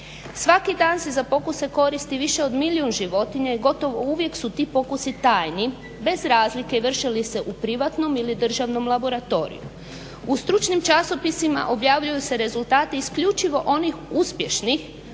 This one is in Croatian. Svaki dan se za pokuse koristi više od milijun životinja i gotovo uvijek su ti pokusi tajni bez razlike vrši li se u privatnom ili državnom laboratoriju. U stručnim časopisima objavljuju se rezultati isključivo onih uspješnih